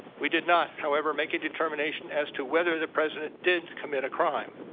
we did not however make a determination as to whether the president did commit a crime.